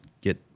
get